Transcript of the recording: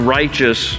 righteous